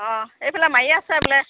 অঁ এইফালে মাৰি আছে বোলে